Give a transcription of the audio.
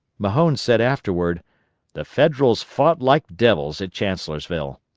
mahone said afterward the federals fought like devils at chancellorsville.